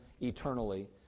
eternally